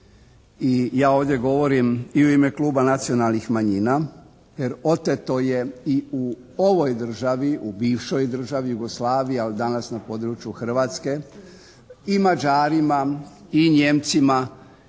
ja ovdje govorimo i u ime Kluba nacionalnih manjina jer oteto je i u ovoj državi, u bivšoj državi Jugoslaviji, ali danas na području Hrvatske i Mađarima i Nijemcima